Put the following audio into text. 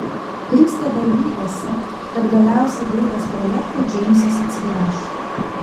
kristė dar vylėsi kad galiausiai baigęs projektą džeimsas atsigręš